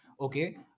okay